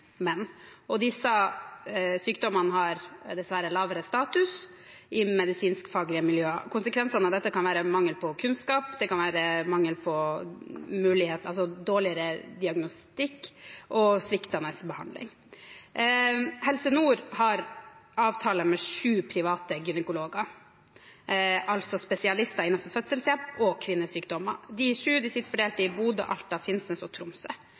Disse sykdommene har dessverre lavere status i medisinskfaglige miljøer. Konsekvensene av dette kan være mangel på kunnskap, dårligere diagnostikk og sviktende behandling. Helse Nord har avtale med sju private gynekologer, altså spesialister innenfor fødselshjelp og kvinnesykdommer. De sju sitter fordelt i Bodø, Alta, Finnsnes og Tromsø